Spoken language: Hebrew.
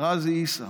רזי עיסא.